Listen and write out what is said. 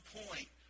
point